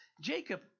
Jacob